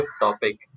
topic